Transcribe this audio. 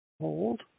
Hold